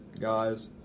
guys